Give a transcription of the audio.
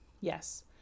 Yes